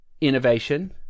innovation